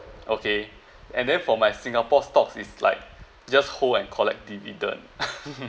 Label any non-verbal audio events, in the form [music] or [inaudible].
okay and therefore my singapore stocks is like just hold and collective return [laughs]